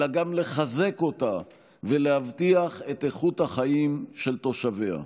אלא גם לחזק אותה ולהבטיח את איכות החיים של תושביה.